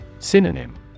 Synonym